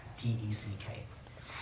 P-E-C-K